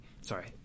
Sorry